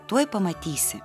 tuoj pamatysi